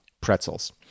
Pretzels